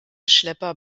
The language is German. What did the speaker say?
schlepper